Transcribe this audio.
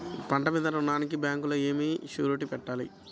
పంట మీద రుణానికి బ్యాంకులో ఏమి షూరిటీ పెట్టాలి?